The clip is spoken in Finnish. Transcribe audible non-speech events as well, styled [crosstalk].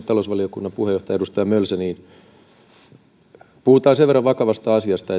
[unintelligible] talousvaliokunnan puheenjohtaja edustaja mölsä puhutaan sen verran vakavasta asiasta [unintelligible]